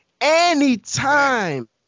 Anytime